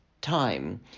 time